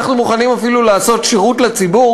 אנחנו מוכנים אפילו לעשות שירות לציבור